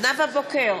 נאוה בוקר,